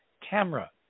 camera